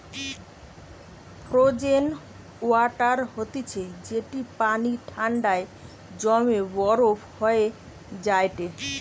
frozen water হতিছে যেটি পানি ঠান্ডায় জমে বরফ হয়ে যায়টে